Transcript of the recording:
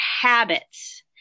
habits